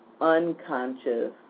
unconscious